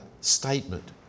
statement